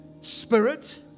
Spirit